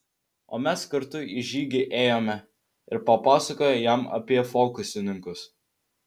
o mes kartu į žygį ėjome ir papasakojo jam apie fokusininkus